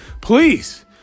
Please